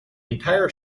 entire